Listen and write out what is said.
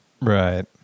right